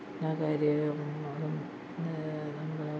എല്ലാ കാര്യവും നം നമ്മൾ